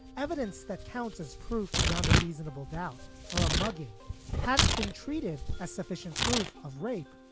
evidence that counts as proof beyond a reasonable doubt for a mugging hadn't been treated as sufficient proof of rape.